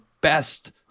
best